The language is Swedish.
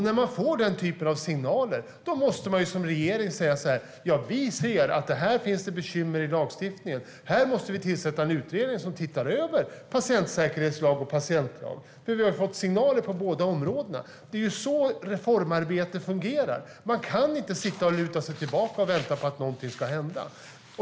När man får den typen av signaler måste man som regering säga: "Ja, vi ser att här finns det bekymmer i lagstiftningen. Här måste vi tillsätta en utredning som ser över patientsäkerhetslag och patientlag. Vi har ju fått signaler på båda dessa områden." Det är så reformarbete fungerar. Man kan inte luta sig tillbaka och vänta på att någonting ska hända.